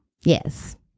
Yes